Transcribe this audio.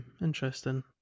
Interesting